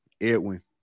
edwin